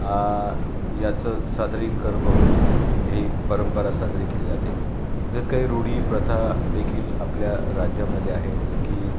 आ याचं सादरीकरण करून ही परंपरा साजरी केली जाते यात काही रूढी प्रथा देखील आपल्या राज्यामध्ये आहेत की